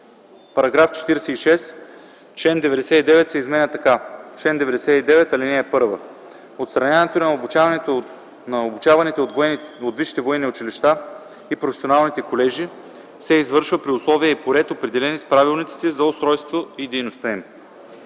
§ 46. Член 99 се изменя така: Чл. 99. (1) Отстраняването на обучаваните от висшите военни училища и професионалните колежи се извършва при условия и по ред, определени с правилниците за устройството и дейността им.